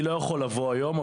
אני לא יכול לבוא היום,